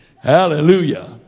Hallelujah